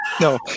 no